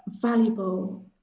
valuable